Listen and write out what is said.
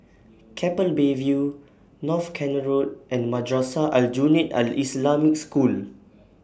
Keppel Bay View North Canal Road and Madrasah Aljunied Al Islamic School